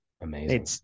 Amazing